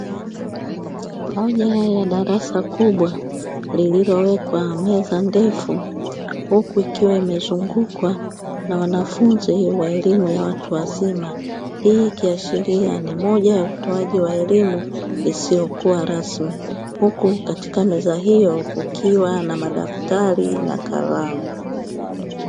Mmoja ya darasa kubwa lililowekwa meza ndefu, huku ikiwa imezungukwa na wanafunzi wa elimu ya watu wazima. Hii ikiashiria ni moja ya utoaji wa elimu isiYokuwa rasmi; huku katika meza hiyo kukiwa na madaftari na kalamu.